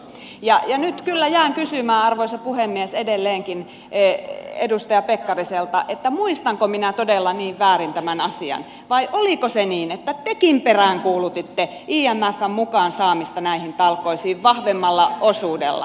ja nyt kyllä jään kysymään arvoisa puhemies edelleenkin edustaja pekkariselta muistanko minä todella niin väärin tämän asian vai oliko se niin että tekin peräänkuulutitte imfn mukaan saamista näihin talkoisiin vahvemmalla osuudella